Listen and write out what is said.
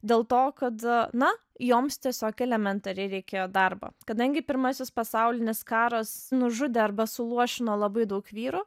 dėl to kad na joms tiesiog elementariai reikėjo darbo kadangi pirmasis pasaulinis karas nužudė arba suluošino labai daug vyrų